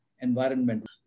environment